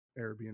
Airbnb